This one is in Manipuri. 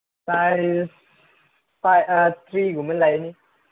ꯄ꯭ꯔꯥꯏꯁ ꯊ꯭ꯔꯤꯒꯨꯝꯕ ꯂꯩꯅꯤ